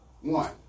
One